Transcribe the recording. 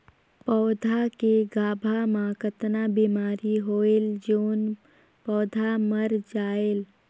पौधा के गाभा मै कतना बिमारी होयल जोन पौधा मर जायेल?